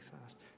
fast